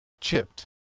chipped